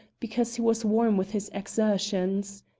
because he was warm with his exertions.